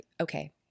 okay